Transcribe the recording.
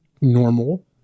normal